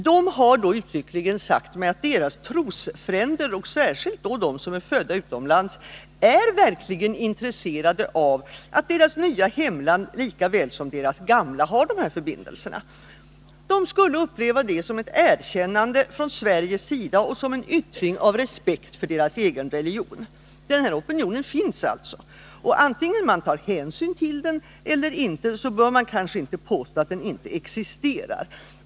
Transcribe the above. Man har uttryckligen sagt mig att deras trosfränder, och särskilt då de som är födda utomlands, verkligen är intresserade av att deras nya hemland, lika väl som deras gamla, har sådana förbindelser. De skulle uppleva detta som ett erkännande från Sveriges sida och som en yttring av respekt för deras egen religion. Denna opinion finns alltså, och vare sig man tar hänsyn till den eller inte bör man kanske inte påstå att den inte existerar.